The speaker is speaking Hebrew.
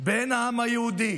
בין העם היהודי